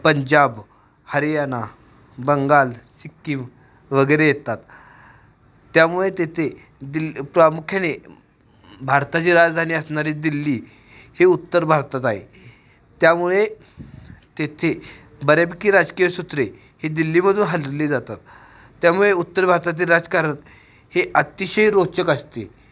पंजाब हरियाणा बंगाल सिक्कीम वगैरे येतात त्यामुळे तेथे दिल्ली प्रामुख्याने भारताची राजधानी असणारी दिल्ली हे उत्तर भारतात आहे त्यामुळे तेथे बऱ्यापैकी राजकीय सूत्रे ही दिल्लीमधून हललेली जातात त्यामुळे उत्तर भारतातील राजकारण हे अतिशय रोचक असते